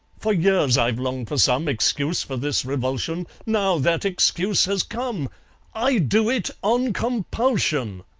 for years i've longed for some excuse for this revulsion now that excuse has come i do it on compulsion!